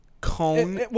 Cone